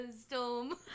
Storm